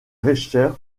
richter